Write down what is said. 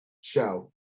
show